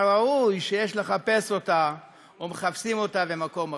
הראוי לחפש אותה ומחפשים אותה במקום אחר.